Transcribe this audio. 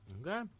Okay